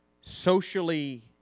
socially